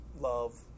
love